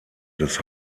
des